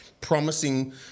promising